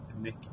Nick